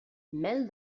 mel